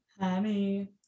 Honey